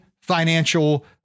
financial